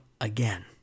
again